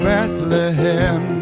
Bethlehem